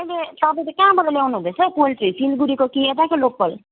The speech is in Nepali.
अहिले तपाईँले कहाँबाट ल्याउनुहुँदैछ हौ पोल्ट्री सिलगढीको कि यताकै लोकल